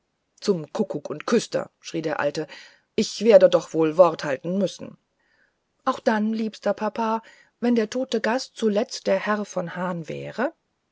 zum kuckuck und küster schrie der alte ich werde doch wohl wort halten müssen auch dann liebster papa wenn der tote gast zuletzt der herr von hahn wäre